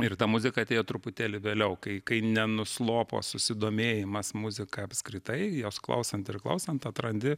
ir ta muzika atėjo truputėlį vėliau kai kai nenuslopo susidomėjimas muzika apskritai jos klausant ir klausiant atrandi